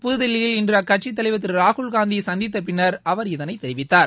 புதுதில்லியில் இன்று அக்கட்சி தலைவர் திரு ராகுல் காந்தியை சந்தித்த பின்னர் அவர் இதனை தெரிவித்தார்